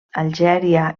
algèria